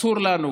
אסור לנו